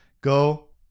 Go